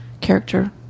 character